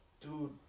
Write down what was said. dude